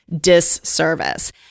disservice